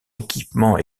équipements